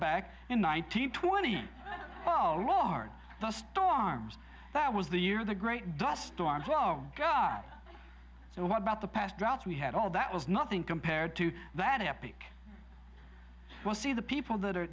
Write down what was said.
back in nineteen twenty oh ard the storms that was the year the great dust storms will go our so what about the past droughts we had all that was nothing compared to that epic we'll see the people that are